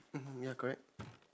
mm ya correct